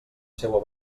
seua